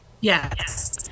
Yes